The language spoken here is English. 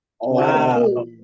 wow